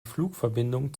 flugverbindung